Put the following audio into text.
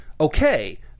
Okay